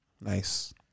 Nice